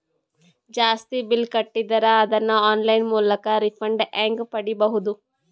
ಜಾಸ್ತಿ ಬಿಲ್ ಕಟ್ಟಿದರ ಅದನ್ನ ಆನ್ಲೈನ್ ಮೂಲಕ ರಿಫಂಡ ಹೆಂಗ್ ಪಡಿಬಹುದು?